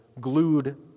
glued